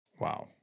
Wow